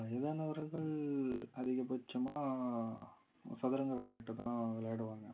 வயதானவர்கள் அதிகபட்சமாக சதுரங்க விளையாட்டுதான் விளையாடுவாங்க